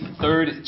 third